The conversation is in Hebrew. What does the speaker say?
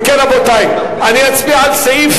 אם כן, רבותי, אני אצביע על סעיף